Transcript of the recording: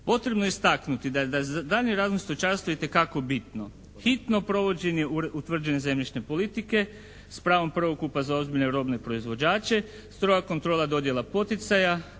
Potrebno je istaknuti da je za daljnji razvoj stočarstva itekako bitno hitno provođenje utvrđene zemljišne politike s pravom prvokupa za ozbiljne …/Govornik se ne razumije./… proizvođače, stroga kontrola dodjela poticaja,